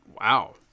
wow